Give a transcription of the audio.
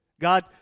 God